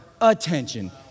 attention